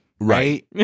right